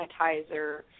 sanitizer